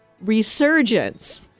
resurgence